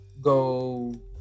go